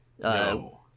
No